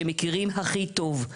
שמכירים הכי טוב.